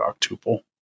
octuple